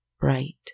bright